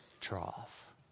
trough